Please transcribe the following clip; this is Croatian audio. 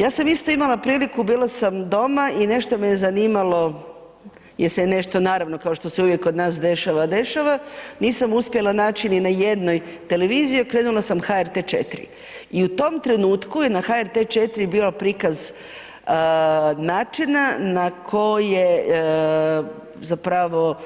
Ja sam isto imala priliku, bila sam doma i nešto me je zanimalo jer se nešto naravno kao što se uvijek kod nas dešava dešava, nisam uspjela naši niti na jednoj televiziji i okrenula sam HRT-e 4 i u tom trenutku je na HRT-e 4 bio prikaz načina na koji zapravo